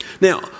Now